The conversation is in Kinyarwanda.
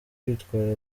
kwitwara